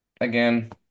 again